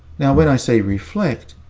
now, when i say reflect,